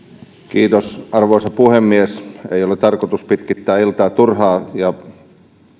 kiitos arvoisa puhemies ei ole tarkoitus pitkittää iltaa turhaan ja